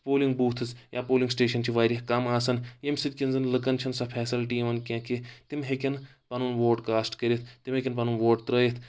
polling booths یا polling station چھ واریاہ کَم آسان ییٚمہِ سۭتۍ کہِ زَن لُکَن چھنہٕ سُہ فیٚسَلٹی یِوان کینٛہہ کہِ تِم ہؠکن پَنُن ووٹ کاسٹ کٔرِتھ تِم ہٮ۪کن پَنُن ووٹ ترٲیِتھ